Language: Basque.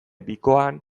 bikoan